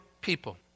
people